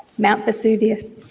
mount vesuvius.